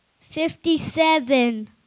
Fifty-seven